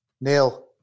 Neil